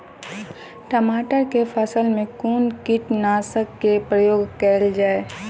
टमाटर केँ फसल मे कुन कीटनासक केँ प्रयोग कैल जाय?